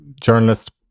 journalist